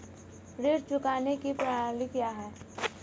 ऋण चुकाने की प्रणाली क्या है?